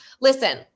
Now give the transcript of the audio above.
listen